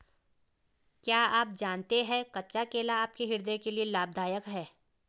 क्या आप जानते है कच्चा केला आपके हृदय के लिए लाभदायक है?